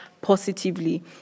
positively